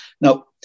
Now